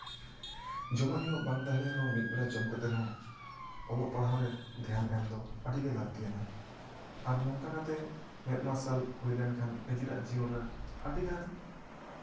ᱡᱚᱢᱟᱜ ᱧᱩᱣᱟᱜ ᱵᱟᱝ ᱛᱟᱦᱮᱱ ᱨᱮᱦᱚᱸ ᱢᱤᱫ ᱵᱮᱲᱟ ᱵᱟᱝ ᱛᱟᱦᱮᱱ ᱨᱮᱦᱚᱸ ᱢᱤᱫ ᱵᱮᱲᱟ ᱡᱚᱢ ᱠᱟᱛᱮᱜ ᱨᱮᱦᱚᱸ ᱚᱞᱚᱜ ᱯᱟᱲᱦᱟᱜ ᱨᱮ ᱫᱷᱮᱭᱟᱱ ᱮᱢ ᱫᱚ ᱟᱹᱰᱤᱜᱮ ᱞᱟᱹᱠᱛᱤᱭᱟ ᱟᱨ ᱱᱚᱝᱠᱟ ᱠᱟᱛᱮᱜ ᱢᱮᱫ ᱢᱟᱨᱥᱟᱞ ᱦᱩᱭ ᱞᱮᱱᱠᱷᱟᱱ ᱱᱤᱡᱮᱨᱟᱜ ᱡᱤᱭᱚᱱᱨᱮ ᱟᱹᱰᱤᱜᱟᱱ